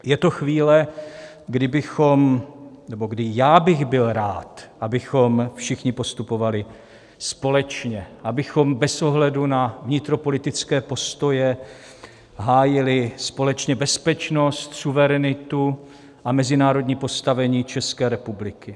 Je to chvíle, kdy bychom, nebo kdy já bych byl rád, abychom všichni postupovali společně, abychom bez ohledu na vnitropolitické postoje hájili společně bezpečnost, suverenitu a mezinárodní postavení České republiky.